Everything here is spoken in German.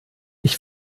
ich